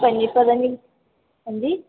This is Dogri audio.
पता निं हैंजी